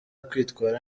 kwitwara